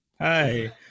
Hi